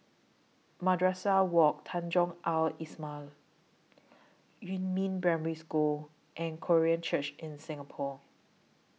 Madrasah Wak Tanjong Al Islamiah Yumin Primary School and Korean Church in Singapore